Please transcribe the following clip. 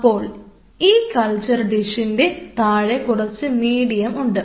അപ്പോൾ ഈ കൾച്ചർ ഡിഷിൻറെ താഴെ കുറച്ച് മീഡിയം ഉണ്ട്